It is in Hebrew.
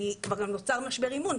כי כבר גם נוצר משבר אמון.